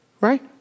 right